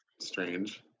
strange